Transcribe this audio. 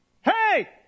hey